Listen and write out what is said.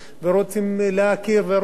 ורוצים לדעת,